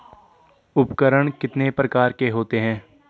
उपकरण कितने प्रकार के होते हैं?